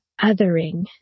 othering